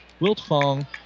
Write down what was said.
Wiltfong